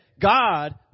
God